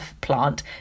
plant